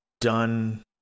done